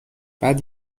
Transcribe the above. بعد